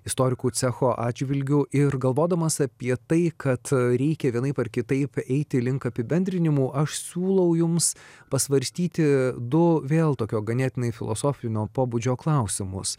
istorikų cecho atžvilgiu ir galvodamas apie tai kad reikia vienaip ar kitaip eiti link apibendrinimų aš siūlau jums pasvarstyti du vėl tokio ganėtinai filosofinio pobūdžio klausimus